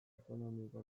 ekonomiko